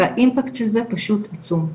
וה-impact של זה פשוט עצום,